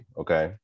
okay